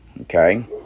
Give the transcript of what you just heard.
Okay